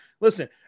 listen